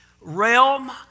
realm